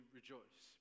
rejoice